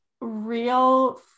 real